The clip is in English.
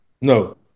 No